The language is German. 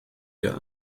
der